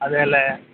അതെ അല്ലേ